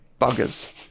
buggers